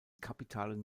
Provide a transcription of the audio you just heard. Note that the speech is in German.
kapitalen